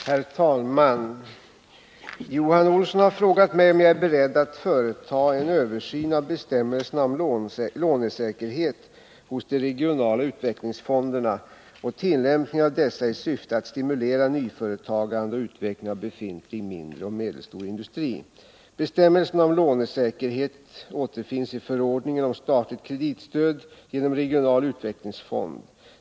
Herr talman! Johan Olsson har frågat mig om jag är beredd att företa en översyn av bestämmelserna om lånesäkerhet hos de regionala utvecklingsfonderna och tillämpningen av dessa i syfte att stimulera nyföretagande och utveckling av befintlig mindre och medelstor industri. Bestämmelserna om lånesäkerhet återfinns i förordningen om statligt kreditstöd genom regional utvecklingsfond.